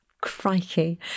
Crikey